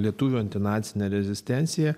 lietuvių antinacinę rezistenciją